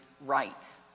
right